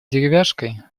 деревяшкой